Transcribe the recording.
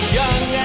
young